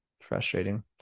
frustrating